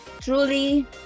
Truly